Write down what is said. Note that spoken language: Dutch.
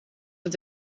het